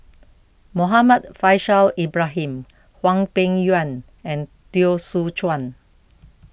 Muhammad Faishal Ibrahim Hwang Peng Yuan and Teo Soon Chuan